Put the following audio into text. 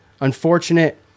Unfortunate